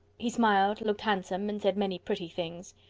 he smiled, looked handsome, and said many pretty things.